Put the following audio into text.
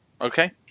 Okay